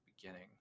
beginning